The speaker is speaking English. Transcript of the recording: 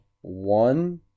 one